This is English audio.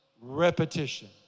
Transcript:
Repetition